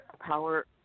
power